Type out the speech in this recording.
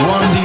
One